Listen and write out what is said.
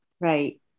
Right